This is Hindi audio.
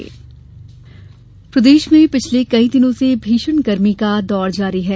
गर्मी प्रदेश में पिछले कई दिनों से भीषण गर्मी का दौर जारी है